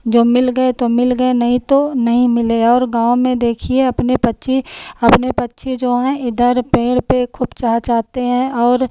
जब मिल गए तो मिल गए नहीं तो नहीं मिले और गाँव में देखिए अपने पक्षी अपने पक्षी जो हैं इधर पेड़ पर खुपचा चाहते हैं और